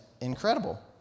Incredible